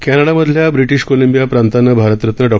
कॅनडामधल्या British Columbia प्रांतानं भारतरत्न डॉ